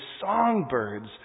songbirds